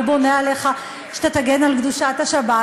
והוא בונה עליך שאתה תגן על קדושת השבת.